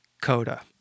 Coda